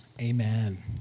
amen